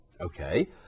Okay